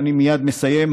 אני מייד מסיים.